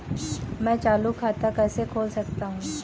मैं चालू खाता कैसे खोल सकता हूँ?